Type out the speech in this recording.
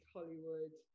Hollywood